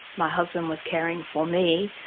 my husband was caring for me,